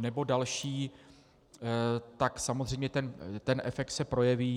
nebo další, tak samozřejmě ten efekt se projeví.